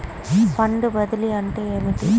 Fund బదిలీ అంటే ఏమిటి?